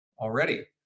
already